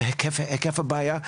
עם היקף הבעיה,